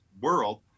world